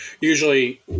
usually